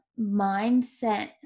mindset